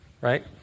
right